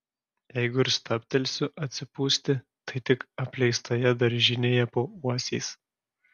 jeigu ir stabtelsiu atsipūsti tai tik apleistoje daržinėje po uosiais